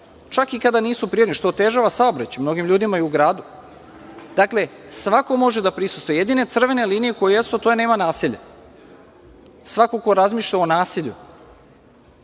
čak i kada nisu prijavljeni, što otežava saobraćaj mnogim ljudima u gradu. Dakle, svako može da prisustvuje. Jedino crvene linije koje jesu a to je da nema nasilja. Svako ko razmišlja o nasilju